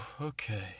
okay